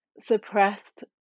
suppressed